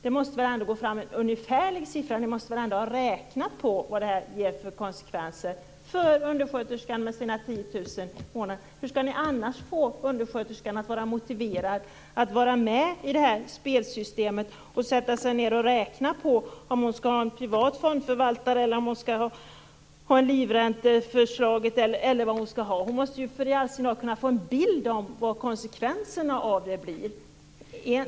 Det måste väl ändå gå att få fram en ungefärlig siffra, för ni har väl räknat på konsekvenserna av detta för undersköterskan med sina 10 000 kr i månaden. Hur skall ni annars få undersköterskan att vara motiverad att vara med i det här spelsystemet och sätta sig ned och räkna på om hon skall ha en privat fondförvaltare, om hon skall gå efter livränteförslaget eller vad hon nu skall göra? Hon måste väl i all sin dar få en bild av vad konsekvenserna av detta blir.